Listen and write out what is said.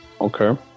Okay